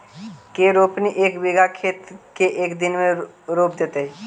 के रोपनी एक बिघा खेत के एक दिन में रोप देतै?